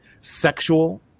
sexual